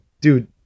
dude